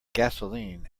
gasoline